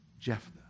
Jephthah